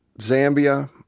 Zambia